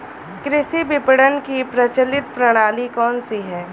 कृषि विपणन की प्रचलित प्रणाली कौन सी है?